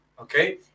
okay